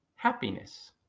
happiness